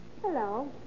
Hello